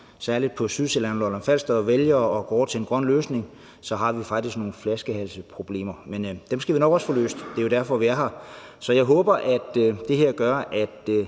særlig på Sydsjælland og Lolland-Falster, vælger at gå over til en grøn løsning, har vi faktisk nogle flaskehalsproblemer, men dem skal vi nok også få løst. Det er jo derfor, vi er her. Så jeg håber, at det her gør, at